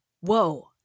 whoa